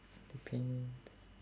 depends